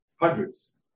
Hundreds